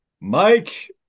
Mike